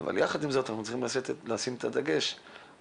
אבל יחד עם זאת אנחנו צריכים לשים את הדגש במצב